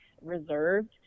reserved